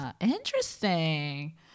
interesting